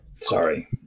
Sorry